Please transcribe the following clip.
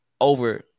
over